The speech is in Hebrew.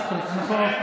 אוקיי.